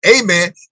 Amen